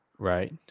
Right